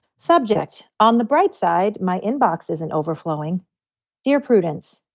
subject on the bright side. my inbox is an overflowing dear prudence.